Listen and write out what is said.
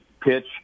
pitch